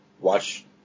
watch